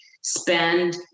spend